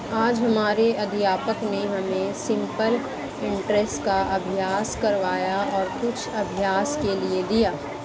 आज हमारे अध्यापक ने हमें सिंपल इंटरेस्ट का अभ्यास करवाया और कुछ अभ्यास के लिए दिया